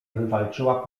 wywalczyła